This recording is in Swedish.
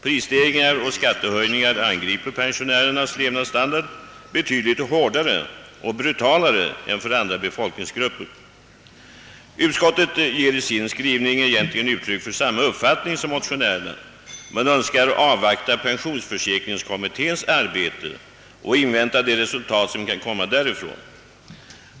Pensionärernas levnadsstandard angrips betydligt hårdare och bru talare av prisstegringar och skattehöjningar än vad som är fallet beträffande andra befolkningsgruppers standard. Utskottsmajoriteten ger i sin skrivning egentligen uttryck för samma uppfattning som motionärerna, men önskar avvakta pensionsförsäkringskommitténs arbete och de resultat som detta kan ge.